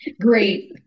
Great